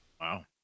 Wow